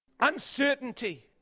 uncertainty